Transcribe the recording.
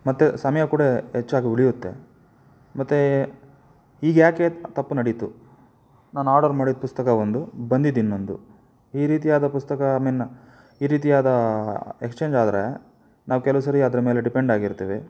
ಮತ್ತು ಸಮಯ ಕೂಡ ಹೆಚ್ಚಾಗಿ ಉಳಿಯುತ್ತೆ ಮತ್ತು ಈಗ ಯಾಕೆ ತಪ್ಪು ನಡೀತು ನಾನು ಆರ್ಡರ್ ಮಾಡಿದ ಪುಸ್ತಕ ಒಂದು ಬಂದಿದ್ದು ಇನ್ನೊಂದು ಈ ರೀತಿ ಆದ ಪುಸ್ತಕ ಐ ಮೀನ್ ಈ ರೀತಿ ಆದ ಎಕ್ಸ್ಚೇಂಜ್ ಆದರೆ ನಾವು ಕೆಲವು ಸರಿ ಅದರ ಮೇಲೆ ಡಿಪೆಂಡ್ ಆಗಿರ್ತೀವಿ